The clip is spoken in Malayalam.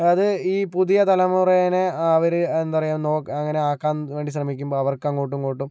അത് ഈ പുതിയ തലമുറേനെ അവര് എന്താ പറയുക അങ്ങനെ ആക്കാൻ വേണ്ടി ശ്രമിക്കുമ്പോൾ അവർക്ക് അങ്ങോട്ട് ഇങ്ങോട്ടും